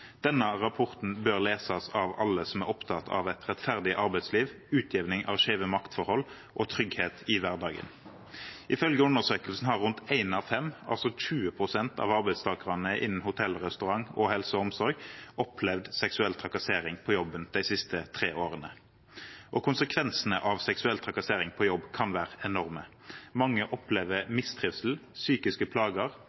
Denne rapporten bør leses av alle som er opptatt av et rettferdig arbeidsliv, utjevning av skjeve maktforhold og trygghet i hverdagen. Ifølge undersøkelsen har rundt én av fem – dvs. 20 pst. av arbeidstakerne innen hotell og restaurant og helse og omsorg – opplevd seksuell trakassering på jobben de siste tre årene. Konsekvensene av seksuell trakassering på jobb kan være enorme. Mange opplever